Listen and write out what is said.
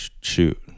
shoot